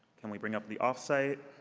can we bring up the off-site?